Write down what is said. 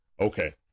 Okay